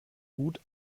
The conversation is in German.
gut